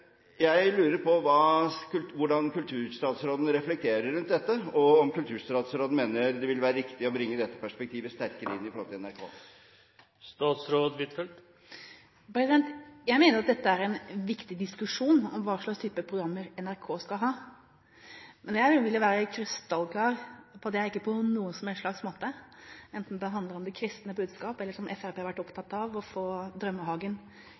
Jeg lurer på hvordan kulturstatsråden reflekterer rundt dette, og om kulturstatsråden mener det vil være riktig å bringe dette perspektivet sterkere inn i forhold til NRK. Jeg mener at diskusjonen om hva slags type programmer NRK skal ha, er en viktig diskusjon. Men jeg vil være krystallklar på at det ikke på noen som helst slags måte, enten det handler om det kristne budskap eller – som Fremskrittspartiet har vært opptatt av – om å få Drømmehagen